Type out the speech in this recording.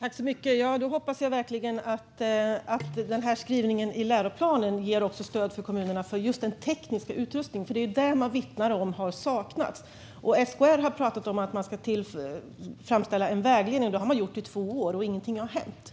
Herr talman! Då hoppas jag verkligen att den här skrivningen i läroplanen också ger stöd till kommunerna för just den tekniska utrustningen, för det är det man vittnar om har saknats. SKR har pratat om att man ska framställa en vägledning. Det har man gjort i två år, och ingenting har hänt.